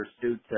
pursuit